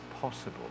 possible